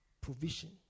provision